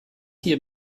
hier